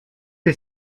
est